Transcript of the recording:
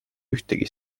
ühtegi